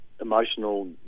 emotional